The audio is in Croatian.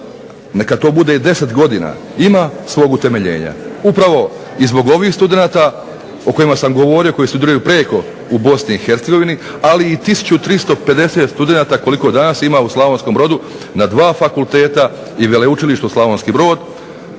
neka to bude i 10 godina, ima svog utemeljenja. Upravo i zbog ovih studenata o kojima sam govorio koji studiraju preko u BiH, ali i 1350 studenata koliko danas ima u Slavonskom Brodu na 2 fakulteta i Veleučilištu Slavonski Brod.